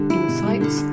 insights